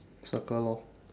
circle lor